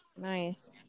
Nice